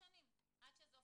מי יראה ומי לא